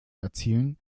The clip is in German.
erzielen